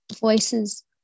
voices